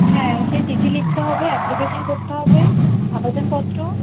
হ্যাঁ সে চিঠি লিখতে হবে অ্যাপ্লিকেশন করতে হবে আবেদনপত্র